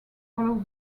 followed